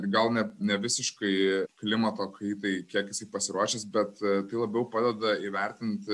gal net ne visiškai klimato kaitai kiek jisai pasiruošęs bet tai labiau padeda įvertinti